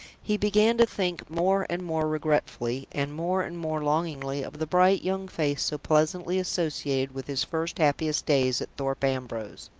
he began to think more and more regretfully and more and more longingly of the bright young face so pleasantly associated with his first happiest days at thorpe ambrose.